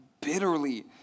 bitterly